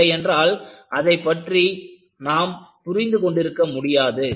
இல்லையென்றால் அதைப் பற்றி நாம் புரிந்து கொண்டிருக்க முடியாது